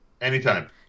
Anytime